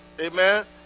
Amen